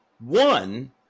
One